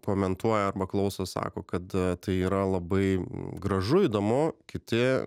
komentuoja arba klauso sako kad tai yra labai gražu įdomu kiti